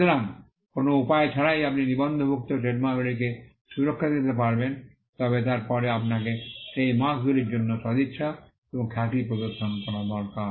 সুতরাং কোনও উপায় ছাড়াই আপনি নিবন্ধভুক্ত ট্রেডমার্কগুলিকে সুরক্ষা দিতে পারবেন তবে তারপরে আপনাকে সেই মার্ক্স্ গুলির জন্য সদিচ্ছা এবং খ্যাতি প্রদর্শন করা দরকার